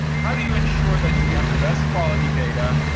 how do you ensure that you have the best quality data?